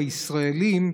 לישראלים,